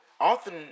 often